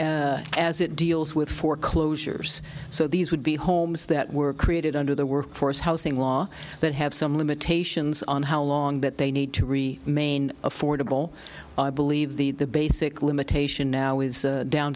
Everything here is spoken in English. as it deals with foreclosures so these would be homes that were created under the workforce housing law that have some limitations on how long that they need to re main affordable i believe the basic limitation now is down